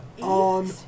On